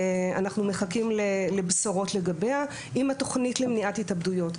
אנחנו מחכים לבשורות לגביה עם התוכנית למניעת התאבדויות.